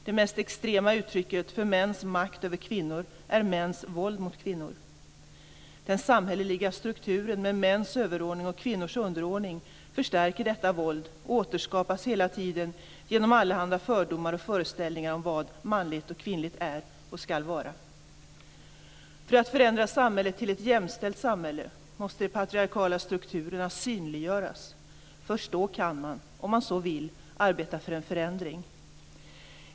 Det mest extrema uttrycket för mäns makt över kvinnor är mäns våld mot kvinnor. Den samhälleliga strukturen med mäns överordning och kvinnors underordning förstärker detta våld och återskapas hela tiden genom allehanda fördomar och föreställningar om vad manligt och kvinnligt är och skall vara. För att förändra samhället till ett jämställt samhälle måste de patriarkala strukturerna synliggöras. Först då kan man, om man så vill, arbeta för en förändring.